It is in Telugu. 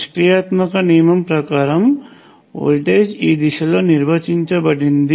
నిష్క్రియాత్మక నియమం ప్రకారం వోల్టేజ్ ఈ దిశలో నిర్వచించబడింది